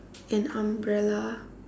an umbrella